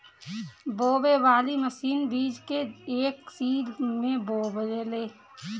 बोवे वाली मशीन बीज के एक सीध में बोवेले